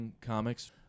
comics